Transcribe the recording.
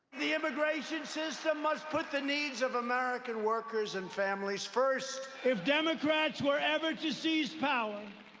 the immigration system must put the needs of american workers and families first. if democrats were ever to seize power,